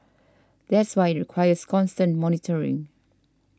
that's why it requires constant monitoring